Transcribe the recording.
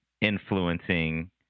influencing